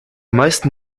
meisten